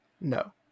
No